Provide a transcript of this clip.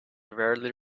rarely